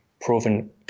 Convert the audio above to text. proven